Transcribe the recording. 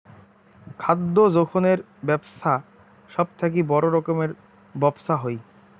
খাদ্য যোখনের বেপছা সব থাকি বড় রকমের ব্যপছা হই